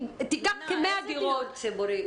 כ-100 דירות --- מה זה דיור ציבורי?